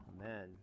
Amen